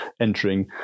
entering